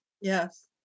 Yes